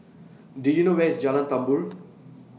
Do YOU know Where IS Jalan Tambur